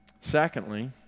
Secondly